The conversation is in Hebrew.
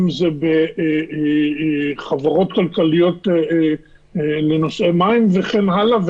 אם זה חברות כלכליות לנושא מים וכן הלאה,